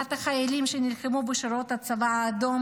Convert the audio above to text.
גבורת החיילים שנלחמו בשורות הצבא האדום